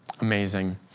Amazing